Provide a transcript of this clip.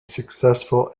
successful